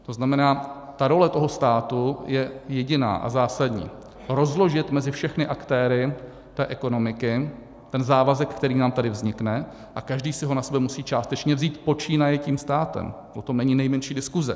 To znamená, ta role toho státu je jediná a zásadní rozložit mezi všechny aktéry té ekonomiky ten závazek, který nám tady vznikne, a každý si ho na sebe musí částečně vzít, počínaje tím státem, o tom není nejmenší diskuse.